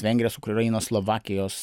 vengrijos ukrainos slovakijos